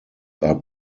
are